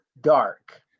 Dark